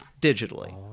Digitally